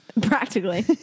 Practically